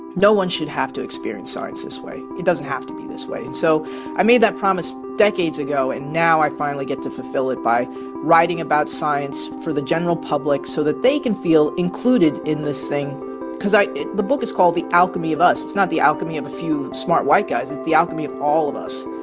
no one should have to experience science this way. it doesn't have to be this way. so i made that promise decades ago, and now i finally get to fulfill it by writing about science for the general public so that they can feel included in this thing because i the book is called the alchemy of us. it's not the alchemy of a few smart white guys. it's the alchemy of all of us.